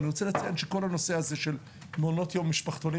כל הנושא הזה של מעונות יום ומשפחתונים,